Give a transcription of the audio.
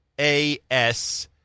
A-S-